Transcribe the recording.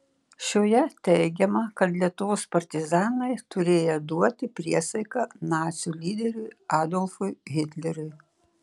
šioje teigiama kad lietuvos partizanai turėję duoti priesaiką nacių lyderiui adolfui hitleriui